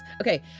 okay